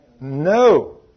No